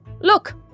Look